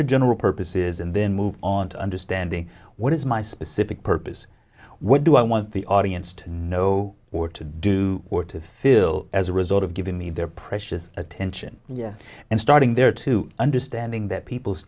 your general purpose is and then move on to understanding what is my specific purpose what do i want the audience to know or to do or to fill as a result of giving me their precious attention yes and starting there to understanding that people's